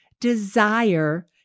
desire